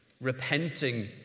repenting